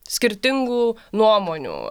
skirtingų nuomonių